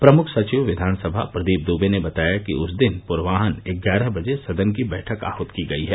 प्रमुख सचिव विधानसभा प्रदीप दुबे ने बताया कि उस दिन पूर्वाह्न ग्यारह बजे सदन की बैठक आहूत की गई है